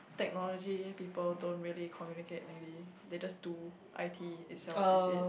technology people don't really communicate maybe they just do I_T itself is it